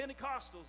Pentecostals